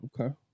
Okay